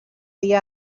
dia